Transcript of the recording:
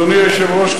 אדוני היושב-ראש,